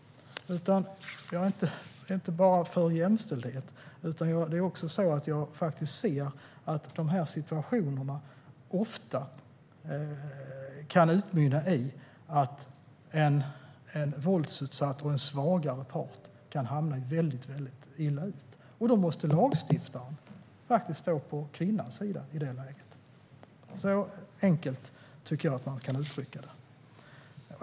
Jag är inte bara för jämställdhet, utan jag ser också att de här situationerna ofta kan utmynna i att en våldsutsatt och svagare part kan råka väldigt illa ut. I det läget måste lagstiftaren stå på kvinnans sida. Så enkelt tycker jag att man kan uttrycka det.